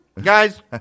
Guys